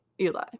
Eli